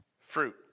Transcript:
fruit